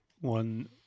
One